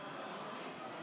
הכנסת: